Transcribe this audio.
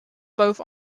both